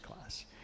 class